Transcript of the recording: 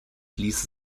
ließe